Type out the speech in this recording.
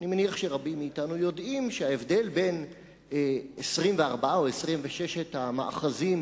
אני מניח שרבים מאתנו יודעים שההבדל בין 24 או 26 המאחזים